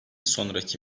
sonraki